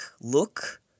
look